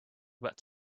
had